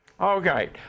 Okay